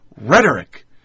rhetoric